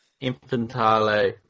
Infantile